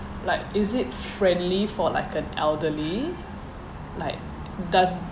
like is it friendly for like an elderly like does